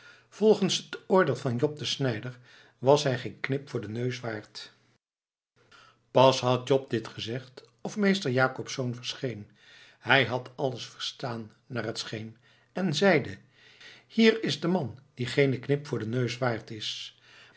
volgens het oordeel van jop de snijder was hij geenen knip voor den neus waard pas had jop dit gezegd of meester jacobsz verscheen hij had alles verstaan naar het scheen en zeide hier is de man die geenen knip voor den neus waard is